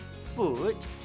FOOT